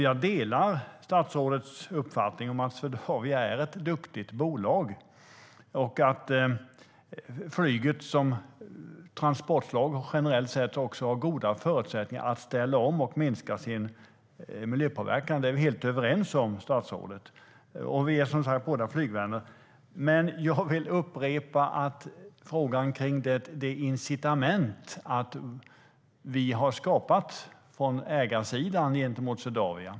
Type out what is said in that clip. Jag delar statsrådets uppfattning att Swedavia är ett duktigt bolag och att flyget som transportslag generellt sett har goda förutsättningar att ställa om och minska sin miljöpåverkan. Det är vi helt överens om, statsrådet. Vi är som sagt båda flygvänner. Jag vill dock upprepa frågan om det incitament som vi från ägarsidan har skapat gentemot Swedavia.